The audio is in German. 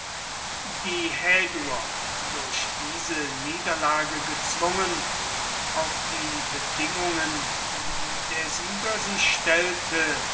die häduer durch diese niederlage gezwungen auf die bedingungen wie der sieger sie stellte